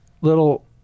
little